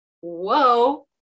whoa